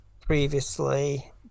previously